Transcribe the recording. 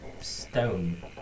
stone